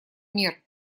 мер